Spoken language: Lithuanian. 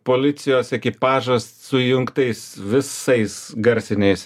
policijos ekipažas su įjungtais visais garsiniais